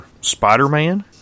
Spider-Man